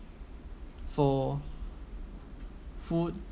for food